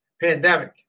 pandemic